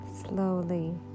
Slowly